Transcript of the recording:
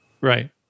Right